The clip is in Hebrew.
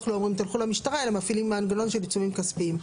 לא אומרים שיילכו למשטרה אלא מפעילים מנגנון של עיצומים כספיים.